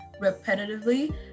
repetitively